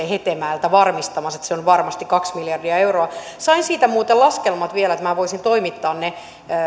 hetemäeltä varmistamassa että se on varmasti kaksi miljardia euroa sain siitä muuten laskelmat vielä että minä voisin toimittaa ne